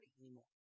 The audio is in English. anymore